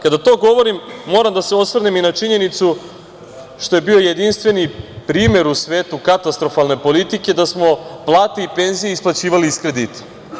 Kada to govorim moram da se osvrnem i na činjenicu što je bio jedinstveni primer u svetu katastrofalne politike, da smo plate i penzije isplaćivali iz kredita.